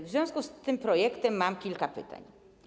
W związku z tym projektem mam kilka pytań.